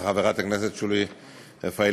חברת הכנסת שולי מועלם-רפאלי,